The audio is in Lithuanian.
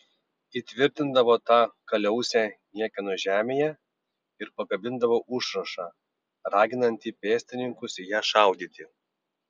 įtvirtindavo tą kaliausę niekieno žemėje ir pakabindavo užrašą raginantį pėstininkus į ją šaudyti